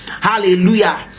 hallelujah